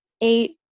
eight